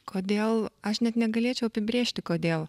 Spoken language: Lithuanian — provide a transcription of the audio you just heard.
kodėl aš net negalėčiau apibrėžti kodėl